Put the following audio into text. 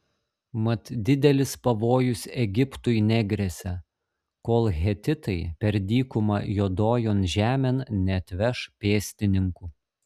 mat didelis pavojus egiptui negresia kol hetitai per dykumą juodojon žemėn neatveš pėstininkų